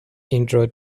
intro